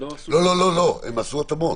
לא, הם עשו התאמות.